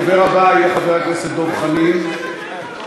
הדובר הבא יהיה חבר הכנסת דב חנין, בבקשה.